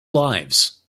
lives